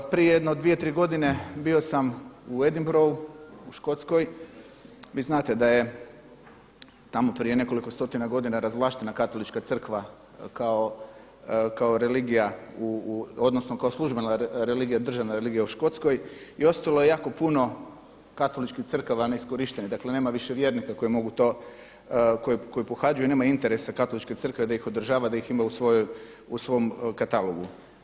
Prije jedno dvije, tri godine bio sam u Edinburghu, u Škotskoj, vi znate da je tamo prije nekoliko stotina godina razvlaštena Latolička crkva kao religija, odnosno kao službena religija, državna religija u Škotskoj i ostalo je jako puno katoličkih crkava neiskorištenih, dakle nema više vjernika koji mogu to, koji pohađaju, nema interesa Katoličke crkve da ih održava, da ih ima u svom katalogu.